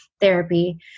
therapy